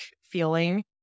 feeling